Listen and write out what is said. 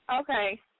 Okay